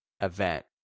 event